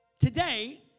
Today